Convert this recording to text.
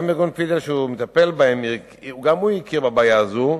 גם ארגון "פידל" שמטפל בהם הכיר בבעיה הזאת,